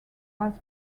bass